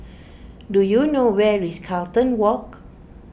do you know where is Carlton Walk